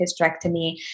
hysterectomy